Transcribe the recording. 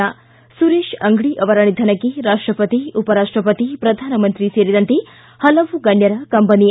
ಿ ಸುರೇಶ್ ಅಂಗಡಿ ಅವರ ನಿಧನಕ್ಕೆ ರಾಷ್ಟಪತಿ ಉಪರಾಷ್ಟಪತಿ ಪ್ರಧಾನಮಂತ್ರಿ ಸೇರಿದಂತೆ ಹಲವು ಗಣ್ಯರ ಕಂಬನಿ